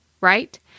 right